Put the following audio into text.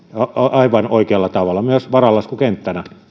aivan oikealla tavalla myös varalaskukenttänä